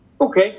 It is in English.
Okay